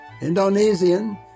Indonesian